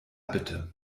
bitte